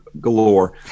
galore